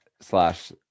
slash